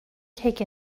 cake